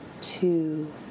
two